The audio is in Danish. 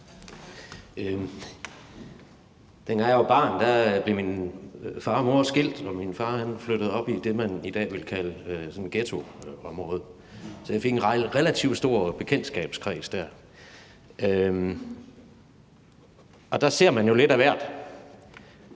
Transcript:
Dengang jeg var barn, blev min far og mor skilt, og min far flyttede op i det, man dag ville kalde sådan et ghettoområde. Så jeg fik en relativt stor bekendtskabskreds der, og der ser man jo lidt af hvert,